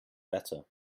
better